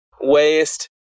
waste